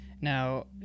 Now